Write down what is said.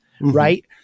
right